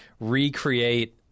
recreate